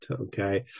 okay